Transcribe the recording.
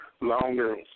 longer